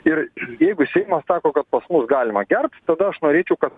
ir jeigu seimas sako kad pas mus galima gert tada aš norėčiau kad